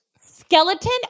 Skeleton